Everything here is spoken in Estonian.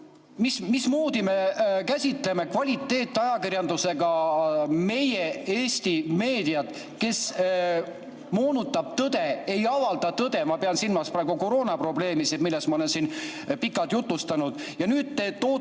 mismoodi me käsitleme kvaliteetajakirjandusena meie Eesti meediat, kes moonutab tõde, ei avalda tõde! Ma pean silmas praegu koroonaprobleeme, millest ma olen siin pikalt jutustanud. Ja nüüd te toote